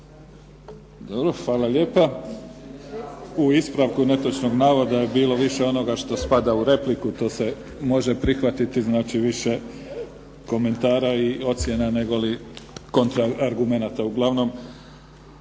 Dobro. Hvala lijepa. U ispravku netočnog navoda je bilo više onoga što spada u repliku to se može prihvatiti. Znači, više komentara i ocjena negoli kontra argumenata. Uglavnom,